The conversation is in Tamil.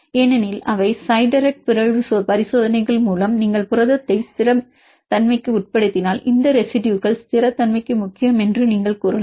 ஏனெனில் அவை சைட் டைரெக்ட் பிறழ்வு பரிசோதனைகள் மூலம் நீங்கள் புரதத்தை ஸ்திரமின்மைக்கு உட்படுத்தினால் இந்த ரெசிடுயுகள் ஸ்திரத்தன்மைக்கு முக்கியம் என்று நீங்கள் கூறலாம்